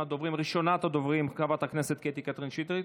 ראשונת הדוברים, חברת הכנסת קטי קטרין שטרית.